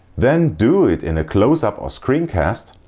then do it in a close up or screen cast,